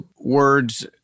words